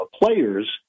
players